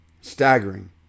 staggering